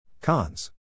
Cons